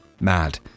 mad